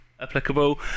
applicable